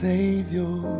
Savior